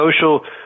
social